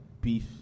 beef